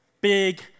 Big